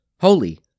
holy